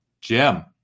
Jim